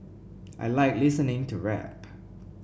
I like listening to rap